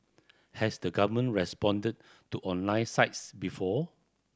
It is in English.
has the government responded to online sites before